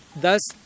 Thus